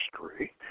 history